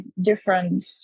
different